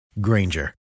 Granger